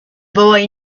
boy